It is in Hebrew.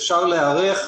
אפשר להיערך.